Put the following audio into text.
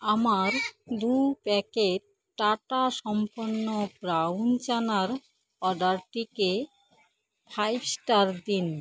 আমার দু packet Tata Sampann brown চানার অর্ডারটিকে ফাইভ স্টার দিন